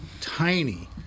tiny